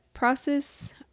process